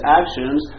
actions